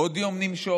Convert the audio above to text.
עוד יום נמשוך,